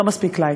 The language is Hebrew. לא מספיק "לייק".